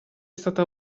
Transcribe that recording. stata